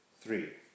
three